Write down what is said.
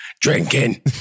Drinking